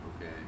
okay